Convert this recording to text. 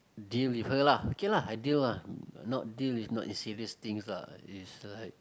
deal with her lah okay lah I deal lah not deal is not the serious things lah is like